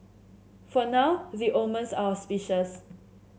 for now the omens are auspicious